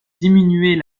diminuer